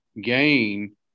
gain